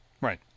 Right